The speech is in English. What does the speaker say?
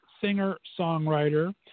singer-songwriter